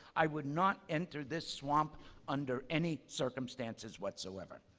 i would not enter this swamp under any circumstances whatsoever,